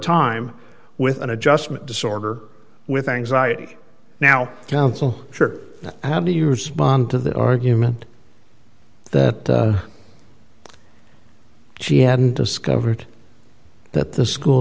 time with an adjustment disorder with anxiety now council which or how do you respond to the argument that she hadn't discovered that the school